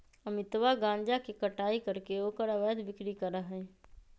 अमितवा गांजा के कटाई करके ओकर अवैध बिक्री करा हई